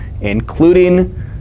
including